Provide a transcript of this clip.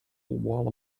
while